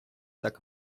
так